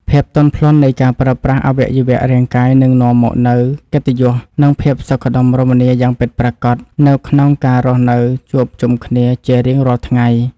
ភាពទន់ភ្លន់នៃការប្រើប្រាស់អវយវៈរាងកាយនឹងនាំមកនូវកិត្តិយស និង ភាពសុខដុមរមនាយ៉ាងពិតប្រាកដនៅក្នុងការរស់នៅជួបជុំគ្នាជារៀងរាល់ថ្ងៃ។